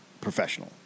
professional